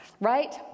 Right